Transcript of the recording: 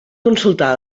consultar